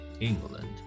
England